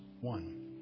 one